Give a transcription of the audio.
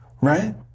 right